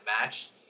match